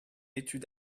étude